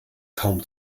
kaum